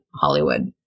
Hollywood